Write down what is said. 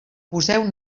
poseu